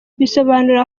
bisobanura